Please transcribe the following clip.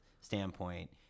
standpoint